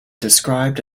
described